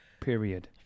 period